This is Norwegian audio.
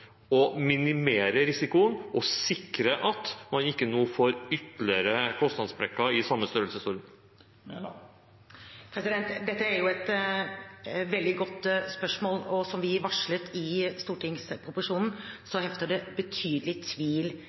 å minimere risikoen og sikre at man ikke nå får ytterligere kostnadssprekker i samme størrelsesorden? Dette er et veldig godt spørsmål. Som vi varslet i stortingsproposisjonen, hefter det betydelig tvil